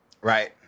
Right